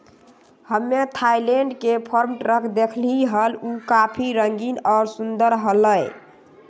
हम्मे थायलैंड के farm truck देखली हल, ऊ काफी रंगीन और सुंदर हलय